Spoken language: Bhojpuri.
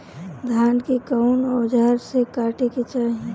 धान के कउन औजार से काटे के चाही?